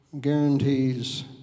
guarantees